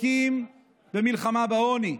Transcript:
עוסקים במלחמה בעוני,